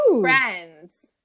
friends